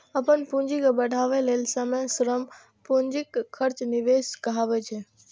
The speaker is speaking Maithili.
अपन पूंजी के बढ़ाबै लेल समय, श्रम, पूंजीक खर्च निवेश कहाबै छै